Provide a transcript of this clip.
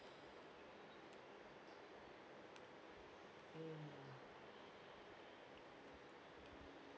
mm